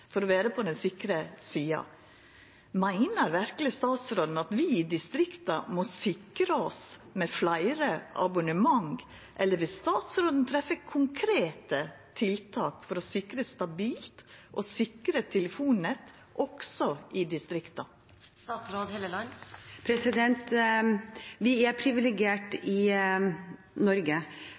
for å vera på den sikre sida. Meiner verkeleg statsråden at vi i distrikta må sikra oss med fleire abonnement, eller vil statsråden treffa konkrete tiltak for å sikra stabile og sikre telefonnett også i distrikta? Vi er privilegert i